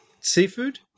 Seafood